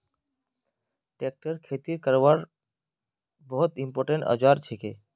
tractor खेती करवार बहुत इंपोर्टेंट औजार छिके